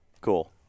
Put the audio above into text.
Cool